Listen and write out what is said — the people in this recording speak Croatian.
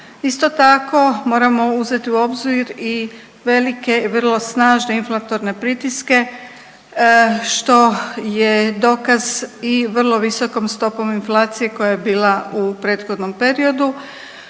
Isto tako moramo uzeti u obzir i velike vrlo snažne inflatorne pritiske što je dokaz i vrlo visokom stopom inflacije koja je bila u prethodnom periodu.